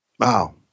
Wow